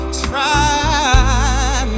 try